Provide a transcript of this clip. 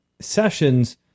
sessions